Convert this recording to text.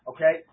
Okay